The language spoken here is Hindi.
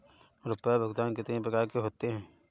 रुपया भुगतान कितनी प्रकार के होते हैं?